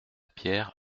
pierre